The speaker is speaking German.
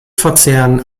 verzehren